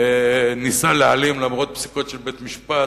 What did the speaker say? ניסה להעלים למרות פסיקות של בית-משפט,